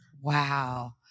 Wow